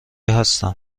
هستم